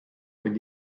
with